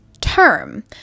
term